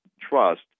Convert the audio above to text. trust